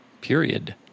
period